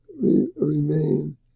remain